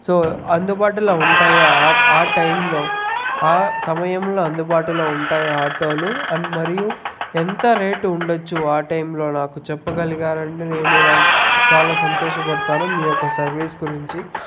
so అందుబాటులో ఉంటాయా ఆ టైంలో ఆ సమయంలో అందుబాటులో ఉంటాయా ఆటోలు అండ్ మరియు ఎంత రేటు ఉండవచ్చు ఆ టైంలో నాకు చెప్పగలిగారంటే నేను నాకు చాలా సంతోష పడతాను మీ యొక్క సర్వీస్ గురించి